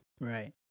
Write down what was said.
Right